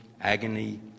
agony